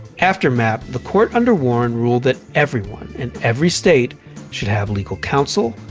after mapp, the court under warren ruled that everyone in every state should have legal counsel,